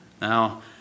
Now